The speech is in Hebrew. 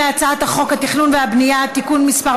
אנחנו עוברים להצעת חוק התכנון והבנייה (תיקון מס'